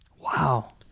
Wow